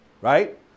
right